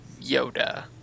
Yoda